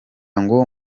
ngo